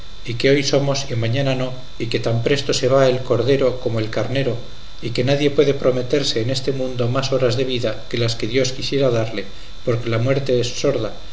y que hoy somos y mañana no y que tan presto se va el cordero como el carnero y que nadie puede prometerse en este mundo más horas de vida de las que dios quisiere darle porque la muerte es sorda